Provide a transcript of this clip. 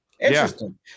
Interesting